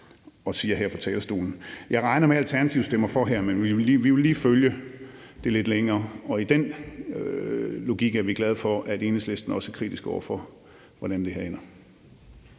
Jeg regner med, at Alternativet stemmer for her, men vi vil lige følge det lidt længere. Og ud fra den logik er vi glade for, at Enhedslisten også er kritiske over for, hvordan det her ender.